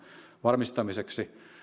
varmistamiseksi